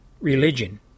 religion